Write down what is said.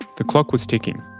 the clock was ticking.